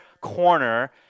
corner